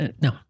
no